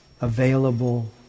available